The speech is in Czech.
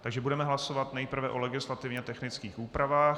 Takže budeme hlasovat nejprve o legislativně technickým úpravách.